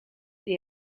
the